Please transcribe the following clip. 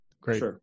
Great